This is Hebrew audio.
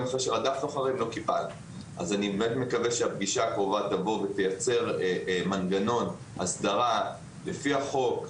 אני מקווה שהפגישה הקרובה תבוא ותייצר מנגנון הסדרה שיהיה לפי החוק,